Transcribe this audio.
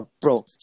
Bro